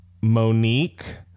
Monique